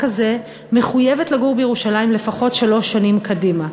הזה מחויבת לגור בירושלים לפחות שלוש שנים קדימה.